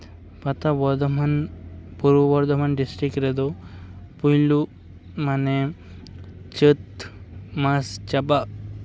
ᱯᱟᱛᱟ ᱵᱚᱨᱫᱷᱚᱢᱟᱱ ᱯᱩᱨᱵᱚ ᱵᱚᱨᱫᱷᱚᱢᱟᱱ ᱰᱤᱥᱴᱤᱠ ᱨᱮᱫᱚ ᱯᱳᱭᱞᱳ ᱢᱟᱱᱮ ᱪᱟᱹᱛ ᱢᱟᱥ ᱪᱟᱵᱟᱜ